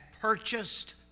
purchased